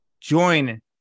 join